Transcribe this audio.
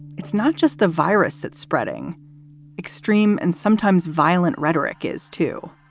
it's not just the virus that's spreading extreme and sometimes violent rhetoric is, too.